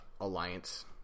Alliance